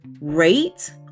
rate